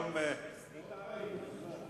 שהגישו